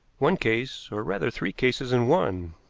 one case, or, rather, three cases in one.